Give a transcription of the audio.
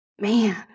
man